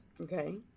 Okay